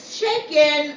shaken